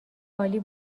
عالی